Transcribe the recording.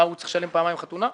הוא צריך לשלם פעמיים עבור החתונה?